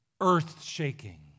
earth-shaking